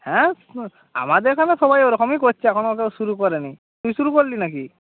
হ্যাঁ আমাদের এখানে সবাই ওরকমই করছে এখনো কেউ শুরু করে নি তুই শুরু করলি না কি